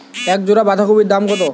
এক জোড়া বাঁধাকপির দাম কত?